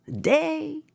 day